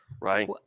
right